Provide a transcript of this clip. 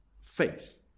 face